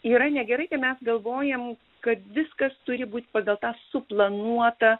yra negerai kai mes galvojam kad viskas turi būt pagal tą suplanuotą